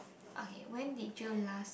okay when did you last